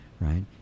right